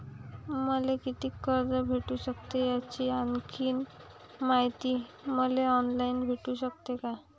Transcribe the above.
मले कितीक कर्ज भेटू सकते, याची आणखीन मायती मले ऑनलाईन भेटू सकते का?